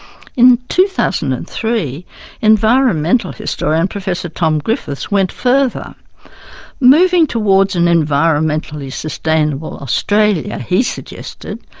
in two thousand and three environmental historian professor tom griffiths went further moving towards an environmentally sustainable australia he suggested,